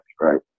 right